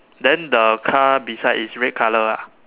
then the car beside is red colour lah